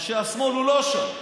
והשמאל, הוא לא שם,